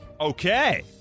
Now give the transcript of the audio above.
Okay